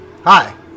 hi